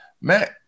Matt